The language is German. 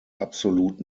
absolut